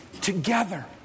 together